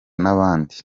n’abandi